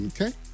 Okay